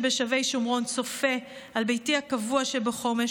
שבשבי שומרון צופה על ביתי הקבוע שבחומש,